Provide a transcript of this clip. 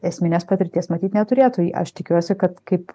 esminės patirties matyt neturėtų aš tikiuosi kad kaip